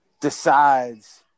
decides